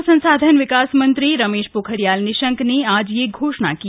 मानव संसाधन विकास मंत्री रमेश पोखरियाल निशंक ने आज यह घोषणा की